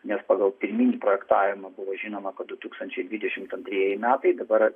nes pagal pirminį projektavimą buvo žinoma kad du tūkstančiai dvidešimt antrieji metai dabar